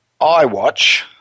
iWatch